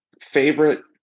Favorite